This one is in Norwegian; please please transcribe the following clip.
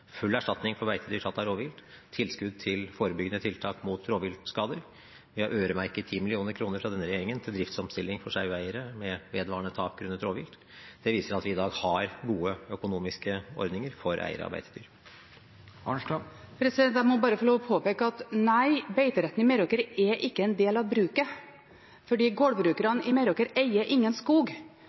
full erstatning for beitedyr tatt av rovvilt og tilskudd til forebyggende tiltak mot rovviltskader. 10 mill. kr er av denne regjeringen øremerket til driftsomstilling for saueeiere med vedvarende tap grunnet rovvilt. Det viser at vi i dag har gode økonomiske ordninger for eiere av beitedyr. Jeg må få lov til bare å påpeke at nei, beiteretten i Meråker er ikke en del av bruket, fordi gårdbrukerne i Meråker eier ingen skog.